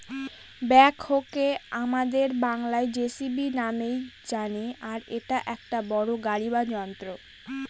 ব্যাকহোকে আমাদের বাংলায় যেসিবি নামেই জানি আর এটা একটা বড়ো গাড়ি বা যন্ত্র